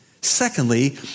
Secondly